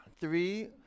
three